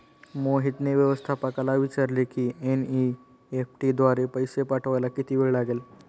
मोहितने व्यवस्थापकाला विचारले की एन.ई.एफ.टी द्वारे पैसे पाठवायला किती वेळ लागेल